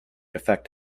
effect